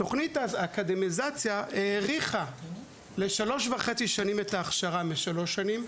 תכנית האקדמיזציה האריכה לשלוש וחצי שנים את ההכשרה משלוש שנים,